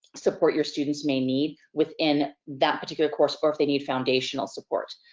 support your students may need within that particular course or if they need foundational support.